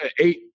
eight